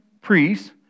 priests